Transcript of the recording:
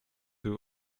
two